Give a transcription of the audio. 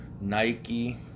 Nike